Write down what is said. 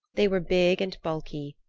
they were big and bulky,